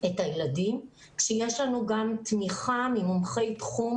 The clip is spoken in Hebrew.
את הילדים כשיש לנו גם תמיכה ממומחי תחום